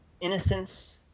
innocence